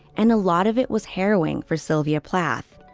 and a lot of it was harrowing for sylvia plath.